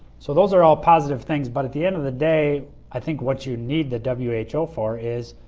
so those are all positive things. but at the end of the day, i think what you need the w h o. for is